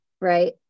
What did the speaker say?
right